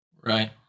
Right